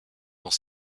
dans